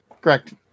Correct